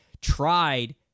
tried